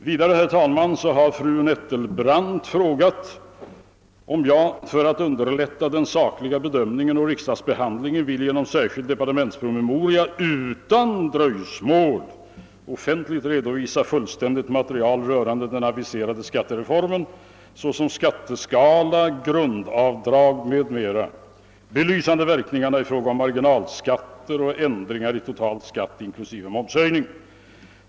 Vidare har fru Nettelbrandt frågat mig om jag för att underlätta den sakliga bedömningen och riksdagsbehandlingen vill genom särskild departementspromemoria utan dröjsmål offentligt redovisa fullständigt material rörande den aviserade skattereformen såsom skatteskala, grundavdrag m.m., belysande verkningarna i fråga om marginalskatter och ändringar i total skatt inkl. momshöjning.